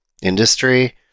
industry